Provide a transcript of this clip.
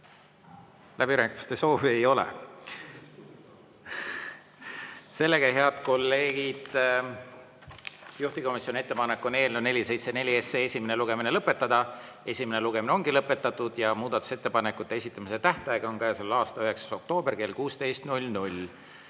Läbirääkimiste soovi ei ole. Head kolleegid, juhtivkomisjoni ettepanek on eelnõu 474 esimene lugemine lõpetada. Esimene lugemine ongi lõpetatud ja muudatusettepanekute esitamise tähtaeg on käesoleva aasta 9. oktoober kell 16.